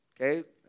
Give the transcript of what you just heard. okay